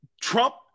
Trump